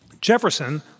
Jefferson